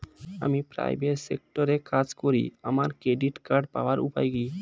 আমি প্রাইভেট সেক্টরে কাজ করি আমার ক্রেডিট কার্ড পাওয়ার উপায় কি?